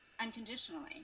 unconditionally